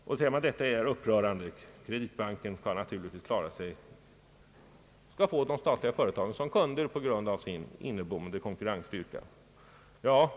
Man säger att detta är upprörande och att Kreditbanken bör få de statliga företagen som kunder enbart på grund av sin inneboende konkurrenskraft.